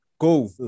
Go